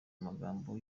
amagambo